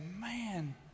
man